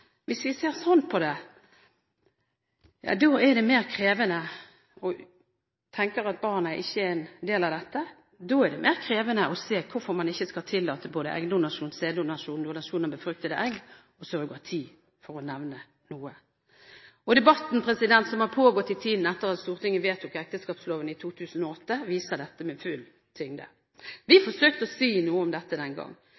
er en del av dette, er det mer krevende å se hvorfor man ikke skal tillate både eggdonasjon, sæddonasjon og donasjon av befruktede egg og surrogati, for å nevne noe. Debatten som har pågått i tiden etter at Stortinget vedtok ekteskapsloven i 2008, viser dette med full tyngde. Vi forsøkte å si noe om dette den gangen. Vi